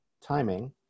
timing